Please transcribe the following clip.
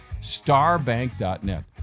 Starbank.net